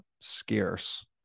scarce